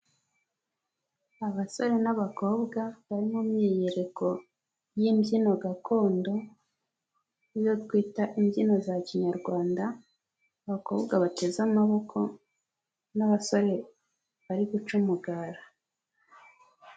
Abasore n'abakobwa bari mu myiyereko y'imbyino gakondo iyo twita imbyino za kinyarwanda, abakobwa bateze amaboko n'abasore bari guca umugara.